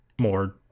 more